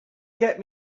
get